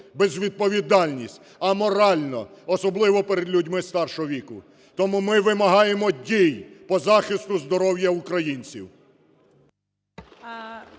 безвідповідальність, аморально, особливо перед людьми старшого віку. Тому ми вимагаємо дій по захисту здоров'я українців.